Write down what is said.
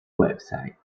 website